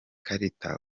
karita